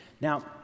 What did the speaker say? Now